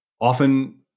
often